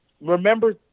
remember